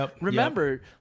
remember